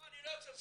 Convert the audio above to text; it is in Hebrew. לא אני לא יוצא.